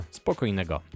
spokojnego